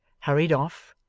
hurried off,